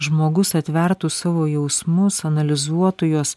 žmogus atvertų savo jausmus analizuotų juos